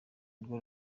rwo